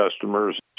customers